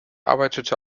arbeitete